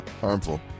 harmful